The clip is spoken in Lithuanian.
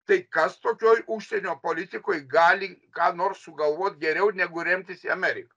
tai kas tokioj užsienio politikoj gali ką nors sugalvot geriau negu remtis į ameriką